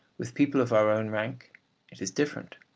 with people of our own rank it is different.